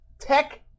tech